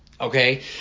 Okay